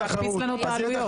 זה יקפיץ לנו את העלויות.